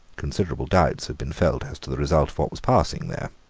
considerable doubts had been felt as to the result of what was passing there.